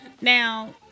Now